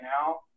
now